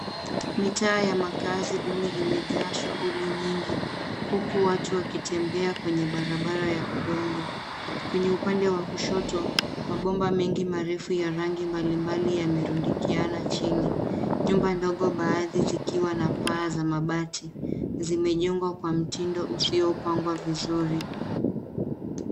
Mitaa ya makazi duni imejaa shughuli nyingi huku watu wakitembea kwenye barabara ya udongo. Kwenye upande wa kushoto, mabomba mengi marefu ya rangi mbalimbali yamerundikiana chini. Nyumba ndogo, baadhi zikiwa na paa za mabati zimejengwa kwa mtindo usiopangwa vizuri.